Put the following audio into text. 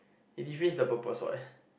it defeats the purpose what